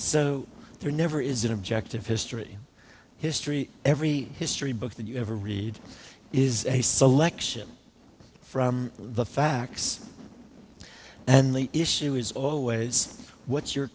so there never is an objective history history every history book that you ever read is a selection from the facts and the issue is always what's your